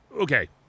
Okay